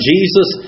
Jesus